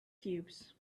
cubes